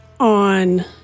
On